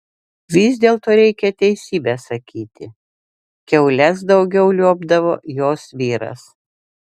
vis dėlto reikia teisybę sakyti kiaules daugiau liuobdavo jos vyras